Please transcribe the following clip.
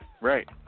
Right